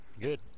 good